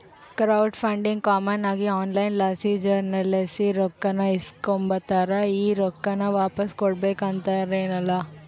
crowd funding common ಆಗಿ online ಲಾಸಿ ಜನುರ್ಲಾಸಿ ರೊಕ್ಕಾನ ಇಸ್ಕಂಬತಾರ, ಈ ರೊಕ್ಕಾನ ವಾಪಾಸ್ ಕೊಡ್ಬಕು ಅಂತೇನಿರಕ್ಲಲ್ಲ